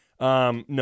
No